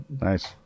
Nice